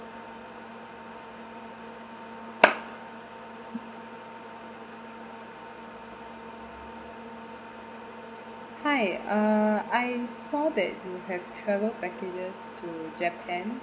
hi uh I saw that you have travel packages to japan